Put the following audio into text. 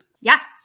Yes